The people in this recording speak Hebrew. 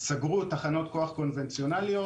סגרו תחנות כוח קונבנציונליות.